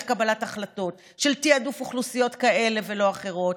קבלת ההחלטות של תעדוף אוכלוסיות כאלה ולא אחרות,